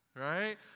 right